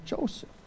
Joseph